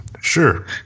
Sure